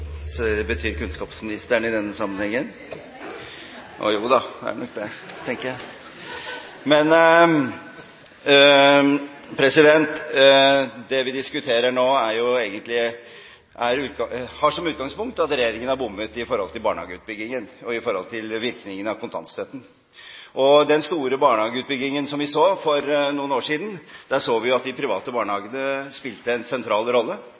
Så vi får komme tilbake til saken. Olemic Thommessen – til oppfølgingsspørsmål. Jeg vil gjerne snakke med sjefen. Det betyr kunnskapsministeren i denne sammenhengen. Det vi diskuterer nå, har som utgangspunkt at regjeringen har bommet når det gjelder barnehageutbyggingen og virkningen av kontantstøtten. I forbindelse med den store barnehageutbyggingen vi hadde for noen år siden, så vi at de private barnehagene spilte en sentral rolle.